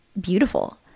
beautiful